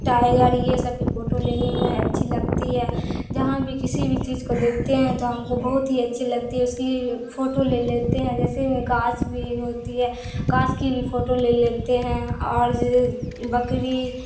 tiger یہ سب کی فوٹو لینے میں اچھی لگتی ہے جہاں بھی کسی بھی چیز کو دیکھتے ہیں تو ہم کو بہت ہی اچھی لگتی ہے اس کی فوٹو لے لیتے ہیں جیسے میں گھاس بھی ہوتی ہے گھاس کی بھی فوٹو لے لیتے ہیں اور بکری